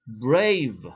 brave